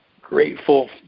grateful